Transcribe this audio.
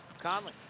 Conley